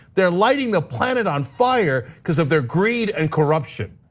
they're lighting the planet on fire because of their greed and corruption.